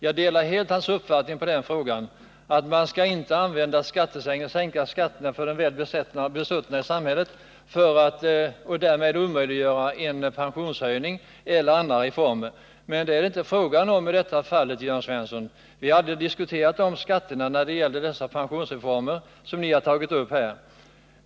Jag delar helt hans uppfattning att vi inte skall sänka skatterna för de 131 besuttna i samhället och därmed omöjliggöra en pensionshöjning eller andra reformer. Men det är det inte fråga om i detta fall, Jörn Svensson. Vi har aldrig diskuterat skatterna när det gäller de pensionsreformer som ni tagit upp här.